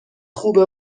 خوبه